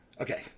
okay